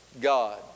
God